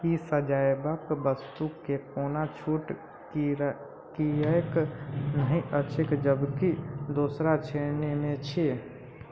ई सजएबाक वस्तुमे कोनो छूट किएक नहि अछि जबकि दोसर श्रेणीमे अछि